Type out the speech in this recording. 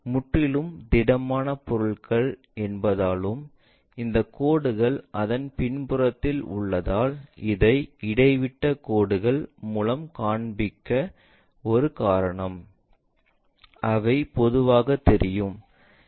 முற்றிலும் திடமான பொருள் என்பதாலும் இந்த கோடு அதன் புறத்தில் உள்ளதால் இது இடைவிட்டக் கோடுகள் மூலம் காண்பிக்க ஒரு காரணம் அவை பொதுவாகத் தெரியாது